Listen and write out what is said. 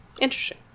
interesting